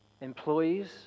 Employees